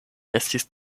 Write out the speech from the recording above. estis